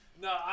No